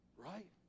Right